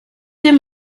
dir